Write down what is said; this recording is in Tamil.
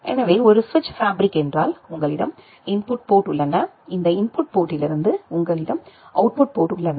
எனவே ஒரு சுவிட்ச் ஃபேப்ரிக் என்றால் உங்களிடம் இன்புட் போர்ட் உள்ளன இந்த இன்புட் போர்டிலிருந்து உங்களிடம் அவுட்புட் போர்ட் உள்ளன